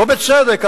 לא בצדק,